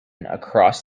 across